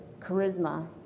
charisma